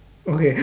okay